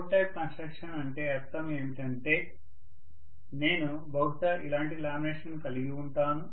core type construction అంటే అర్థం ఏమంటే నేను బహుశా ఇలాంటి లామినేషన్ను కలిగి ఉంటాను